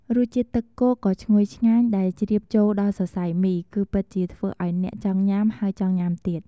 រសជាតិទឹកគោកដ៏ឈ្ងុយឆ្ងាញ់ ដែលជ្រាបចូលដល់សរសៃមី គឺពិតជាធ្វើឱ្យអ្នកចង់ញ៉ាំហើយចង់ញ៉ាំទៀត។